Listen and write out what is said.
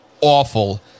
awful